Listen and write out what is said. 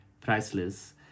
priceless